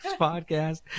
podcast